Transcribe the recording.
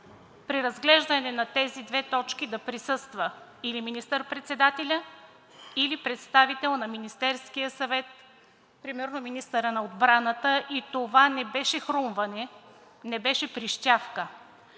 при разглеждане на тези две точки да присъства или министър-председателят, или представител на Министерския съвет, примерно министърът на отбраната. Това не беше хрумване, не беше прищявка.